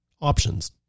options